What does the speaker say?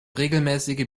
regelmäßige